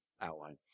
outline